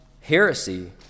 heresy